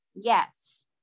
Yes